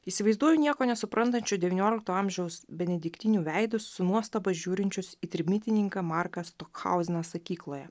įsivaizduoju nieko nesuprantančių devyniolikto amžiaus benediktinių veidus su nuostaba žiūrinčius į trimitininką marką stukhauzeną sakykloje